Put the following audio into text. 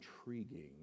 intriguing